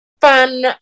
fun